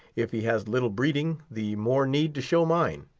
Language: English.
if he has little breeding, the more need to show mine.